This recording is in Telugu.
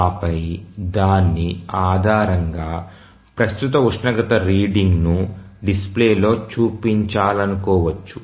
ఆ పై దాన్ని ఆధారంగా ప్రస్తుత ఉష్ణోగ్రత రీడింగ్ ను డిస్ప్లేలో చూపించాలనుకోవచ్చు